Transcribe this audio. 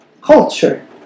culture